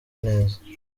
neza